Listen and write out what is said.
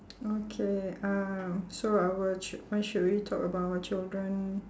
okay um so our child~ when should we talk about our children